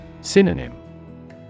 Synonym